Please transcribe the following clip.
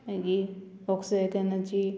मागी वॉक्सवॅगोनाची